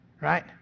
right